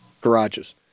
garages